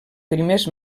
primers